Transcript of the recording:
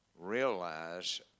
realize